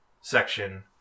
section